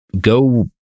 go